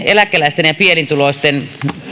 eläkeläisten ja pienituloisten